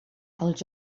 als